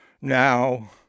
Now